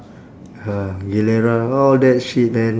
uh gilera all that shit man